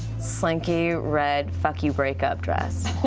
slinky, red, fuck you, breakup dress.